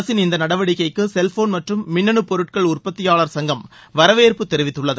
அரசின் இந்த நடவடிக்கைக்கு செவ்போன் மற்றும் மின்னணு பொருட்கள் உற்பத்தியாளர் சங்கம் வரவேற்பு தெரிவித்துள்ளது